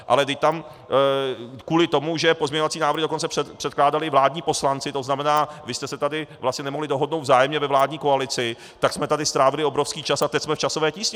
Ale vždyť tam kvůli tomu, že pozměňovací návrhy dokonce předkládali vládní poslanci, to znamená, vy jste se tady vlastně nemohli dohodnout vzájemně ve vládní koalici, tak jsme tady strávili obrovský čas a teď jsme v časové tísni.